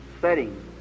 setting